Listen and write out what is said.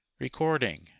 Recording